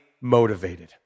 motivated